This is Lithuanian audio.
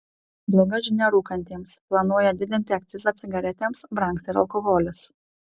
bloga žinia rūkantiems planuoja didinti akcizą cigaretėms brangs ir alkoholis